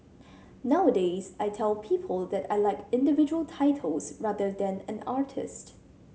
nowadays I tell people that I like individual titles rather than an artist